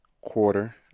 quarter